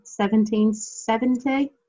1770